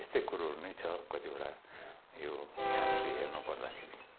यस्तै कुरोहरू नै छ कतिवटा यो हामीले हेर्नु पर्दाखेरि